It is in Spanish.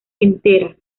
enteras